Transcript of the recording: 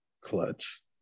Clutch